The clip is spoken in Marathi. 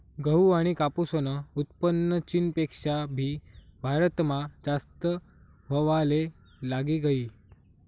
गहू आनी कापूसनं उत्पन्न चीनपेक्षा भी भारतमा जास्त व्हवाले लागी गयी